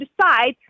decide